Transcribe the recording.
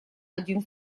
один